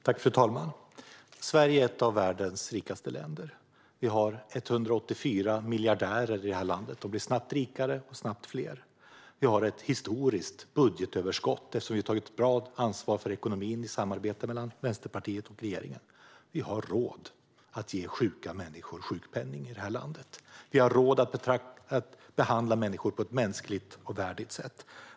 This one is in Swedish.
Fru talman! Sverige är ett av världens rikaste länder. Vi har 184 miljardärer i landet, och de blir snabbt rikare och snabbt fler. Vi har ett historiskt budgetöverskott, eftersom vi i ett samarbete mellan regeringen och Vänsterpartiet har tagit bra ansvar för ekonomin. Vi har i det här landet råd att ge sjuka människor sjukpenning. Vi har råd att behandla människor på ett mänskligt och värdigt sätt.